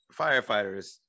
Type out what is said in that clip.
firefighters